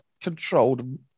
controlled